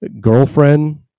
girlfriend